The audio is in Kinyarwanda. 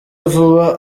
vuba